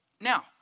Now